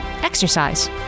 Exercise